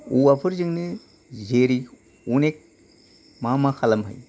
औवाफोरजोंनो जेरै अनेक मा मा खालामनो हायो